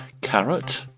Carrot